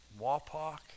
Wapak